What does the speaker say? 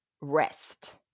rest